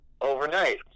overnight